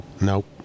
Nope